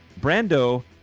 Brando